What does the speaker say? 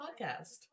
podcast